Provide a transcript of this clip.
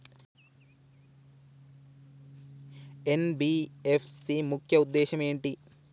NBFC ముఖ్య ఉద్దేశం ఏంటి?